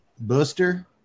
Buster